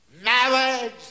Marriage